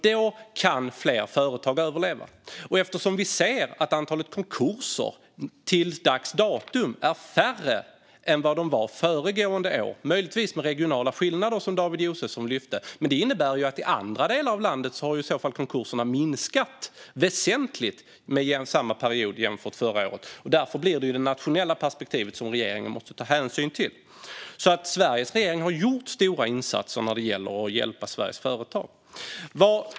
Då kan också fler företag överleva. Vi kan ju se att antalet konkurser till dags dato är färre än vad de var föregående år - möjligtvis med regionala skillnader, som David Josefsson lyfte upp. Men det innebär att konkurserna i så fall i andra delar av landet har minskat väsentligt jämfört med samma period förra året. Därför måste det vara det nationella perspektivet som regeringen tar hänsyn till. Sveriges regering har alltså gjort stora insatser för att hjälpa Sveriges företag.